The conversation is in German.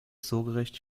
sorgerecht